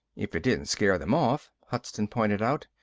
if it didn't scare them off, hudson pointed out.